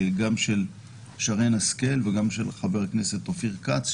גם של שרן השכל וגם של חבר הכנסת אופיר כץ,